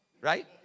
Right